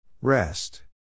Rest